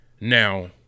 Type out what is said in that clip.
now